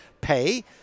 Pay